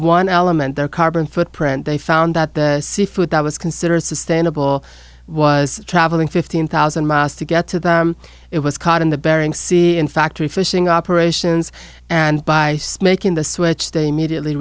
one element their carbon footprint they found that the seafood that was considered sustainable was traveling fifteen thousand miles to get to them it was caught in the bering sea and factory fishing operations and by making the switch they immediately